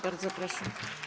Bardzo proszę.